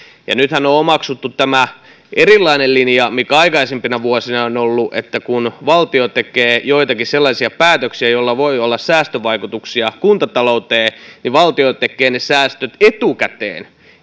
nythän on omaksuttu tämä erilainen linja kuin aikaisempina vuosina on ollut eli kun valtio tekee joitakin sellaisia päätöksiä joilla voi olla säästövaikutuksia kuntatalouteen niin valtio tekee ne säästöt etukäteen